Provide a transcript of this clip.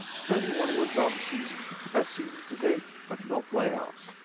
thirty one wins on the season best season to date, but no playoffs.